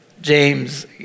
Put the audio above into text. James